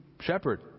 shepherd